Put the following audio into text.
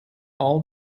all